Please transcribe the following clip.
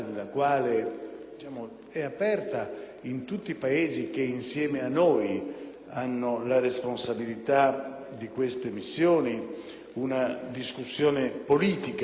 hanno la responsabilità di queste missioni, una discussione politica sulle scelte che devono essere compiute. In secondo luogo